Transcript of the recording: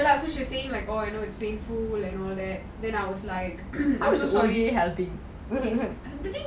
so she's saying like oh really painful and all that then I was like I'm so sorry I can't help you